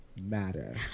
matter